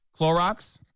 Clorox